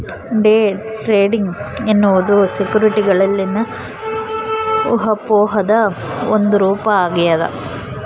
day trading ಎನ್ನುವುದು ಸೆಕ್ಯುರಿಟಿಗಳಲ್ಲಿನ ಊಹಾಪೋಹದ ಒಂದು ರೂಪ ಆಗ್ಯದ